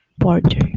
Porter